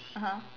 (uh huh)